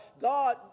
God